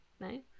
no